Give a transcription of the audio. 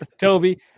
Toby